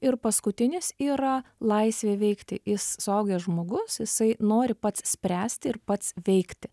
ir paskutinis yra laisvė veikti jis suaugęs žmogus jisai nori pats spręsti ir pats veikti